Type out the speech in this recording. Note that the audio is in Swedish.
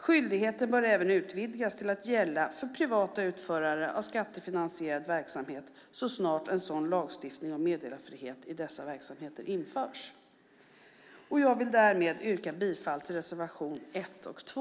Skyldigheten bör även utvidgas till att gälla för privata utförare av skattefinansierad verksamhet så snart en sådan lagstiftning om meddelarfrihet i dessa verksamheter införts. Jag vill därmed yrka bifall till reservationerna 1 och 2.